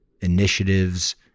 initiatives